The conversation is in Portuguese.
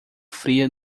fria